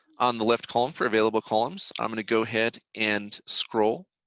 on the left column for available columns, i am going to go ahead and scroll